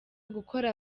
gukora